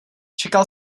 čekal